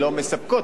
אבל יש ערוץ.